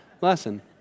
lesson